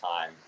time